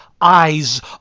eyes